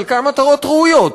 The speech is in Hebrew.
חלקן מטרות ראויות,